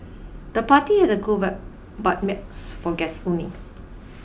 the party had a coolvibe but miss for guests only